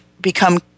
become